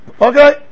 Okay